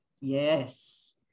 Yes